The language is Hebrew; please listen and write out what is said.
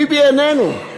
ביבי איננו.